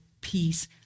peace